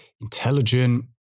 intelligent